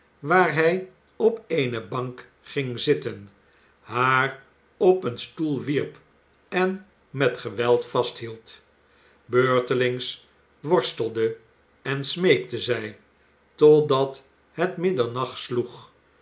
waar hij op eene bank ging zitten haar op een stoel wierp en met geweld vasthield beurtelings worstelde jen smeekte zij totdat het middernacht sloeg